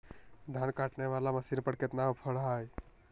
धान काटने वाला मसीन पर कितना ऑफर हाय?